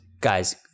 guys